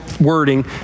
wording